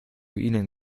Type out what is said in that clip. ihnen